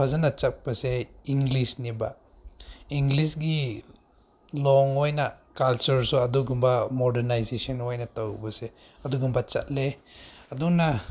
ꯐꯖꯅ ꯆꯠꯄꯁꯦ ꯏꯪꯂꯤꯁꯅꯦꯕ ꯏꯪꯂꯤꯁꯀꯤ ꯂꯣꯟ ꯑꯣꯏꯅ ꯀꯜꯆꯔꯁꯨ ꯑꯗꯨꯒꯨꯝꯕ ꯃꯣꯔꯗ꯭ꯔꯅꯥꯏꯖꯦꯁꯟ ꯑꯣꯏꯅ ꯇꯧꯕꯁꯦ ꯑꯗꯨꯒꯨꯝꯕ ꯆꯠꯂꯦ ꯑꯗꯨꯅ